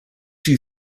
you